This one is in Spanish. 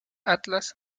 atlas